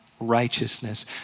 righteousness